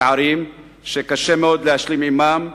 פערים שקשה מאוד להשלים עמם,